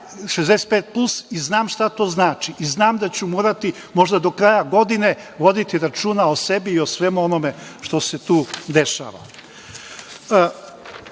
65 plus i znam šta to znači i znam da ću morati možda do kraja godine voditi računa o sebi i o svemu onome što se tu dešava. Ovde